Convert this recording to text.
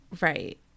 right